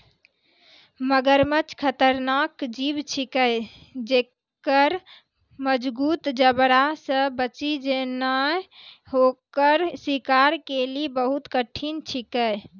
मगरमच्छ खतरनाक जीव छिकै जेक्कर मजगूत जबड़ा से बची जेनाय ओकर शिकार के लेली बहुत कठिन छिकै